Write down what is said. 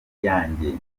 yanjye